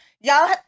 Y'all